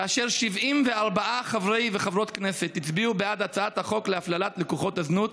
כאשר 74 חברי וחברות כנסת הצביעו בעד הצעת החוק להפללת לקוחות הזנות,